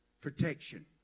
protection